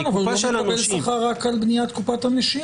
הכול נכון אבל הוא לא מקבל שכר רק על קופת הנשייה.